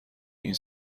این